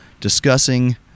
discussing